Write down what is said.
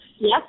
Yes